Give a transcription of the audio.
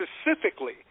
specifically